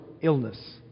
illness